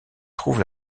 trouve